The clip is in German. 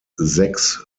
sechs